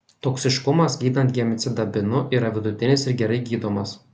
toksiškumas gydant gemcitabinu yra vidutinis ir gerai gydomas